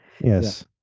Yes